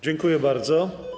Dziękuję bardzo.